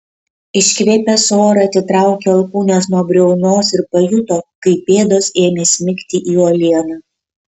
iškvėpęs orą atitraukė alkūnes nuo briaunos ir pajuto kaip pėdos ėmė smigti į uolieną